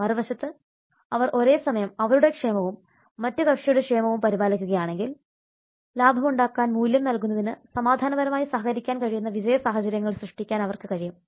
മറുവശത്ത് അവർ ഒരേ സമയം അവരുടെ ക്ഷേമവും മറ്റ് കക്ഷിയുടെ ക്ഷേമവും പരിപാലിക്കുകയാണെങ്കിൽ ലാഭം ഉണ്ടാക്കാൻ മൂല്യം നൽകുന്നതിന് സമാധാനപരമായി സഹകരിക്കാൻ കഴിയുന്ന വിജയ സാഹചര്യങ്ങൾ സൃഷ്ടിക്കാൻ അവർക്ക് കഴിയും